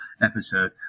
episode